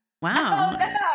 Wow